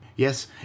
Yes